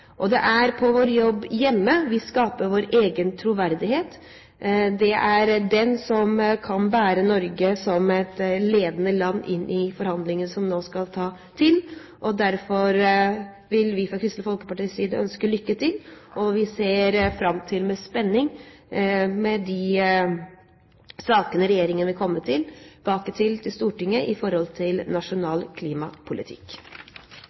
Det er på vår jobb hjemme vi skaper vår troverdighet. Det er den som kan bære Norge som et ledende land inn i forhandlingene som nå skal ta til. Derfor vil vi fra Kristelig Folkepartis side ønske lykke til. Vi ser med spenning fram til de sakene regjeringen vil komme tilbake til Stortinget